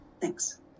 thanks